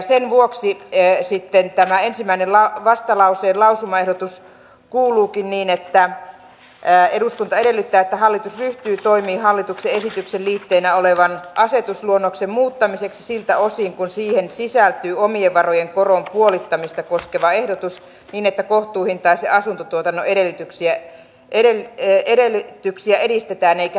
sen vuoksi sitten tämä ensimmäinen vastalauseen lausumaehdotus kuuluukin niin että eduskunta edellyttää että hallitus ryhtyy toimiin hallituksen esityksen liitteenä olevan asetusluonnoksen muuttamiseksi siltä osin kuin siihen sisältyy omien varojen koron puolittamista koskeva ehdotus niin että kohtuuhintaisen asuntotuotannon edellytyksiä edistetään eikä heikennetä